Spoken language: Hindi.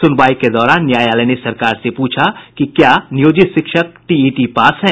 सुनवाई के दौरान न्यायालय ने सरकार से पूछा कि क्या नियोजित शिक्षक टीईटी पास हैं